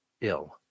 ill